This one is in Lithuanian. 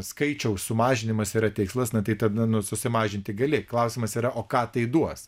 skaičiaus sumažinimas yra tikslas na tai tada susimažinti gali klausimas yra o ką tai duos